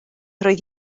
roedd